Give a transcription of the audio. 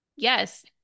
yes